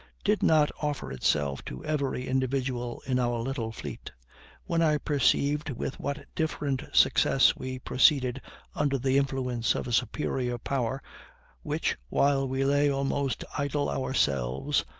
did not offer itself to every individual in our little fleet when i perceived with what different success we proceeded under the influence of a superior power which, while we lay almost idle ourselves,